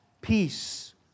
peace